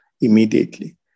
immediately